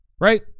Right